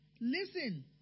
Listen